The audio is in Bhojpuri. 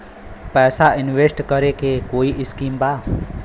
पैसा इंवेस्ट करे के कोई स्कीम बा?